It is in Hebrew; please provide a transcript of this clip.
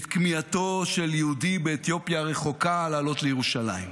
את כמיהתו של יהודי באתיופיה הרחוקה לעלות לירושלים.